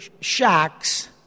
shacks